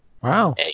wow